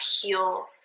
heal